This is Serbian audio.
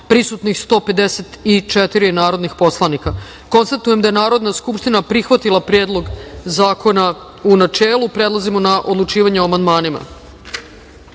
prisutnih 154 narodnih poslanika. Konstatujem da je Narodna skupština prihvatila Predlog zakona, u načelu. Prelazimo na odlučivanje o amandmanima. Na